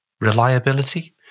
Reliability